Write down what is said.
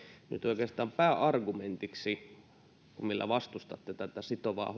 nyt oikeastaan pääargumentti millä vastustatte tätä sitovaa